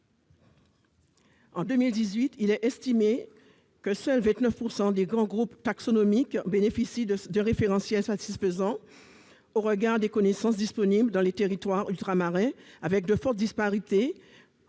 de 2018, seulement 29 % des grands groupes taxonomiques bénéficiaient d'un référentiel satisfaisant au regard des connaissances disponibles dans les territoires ultramarins, avec de fortes disparités